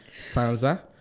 Sansa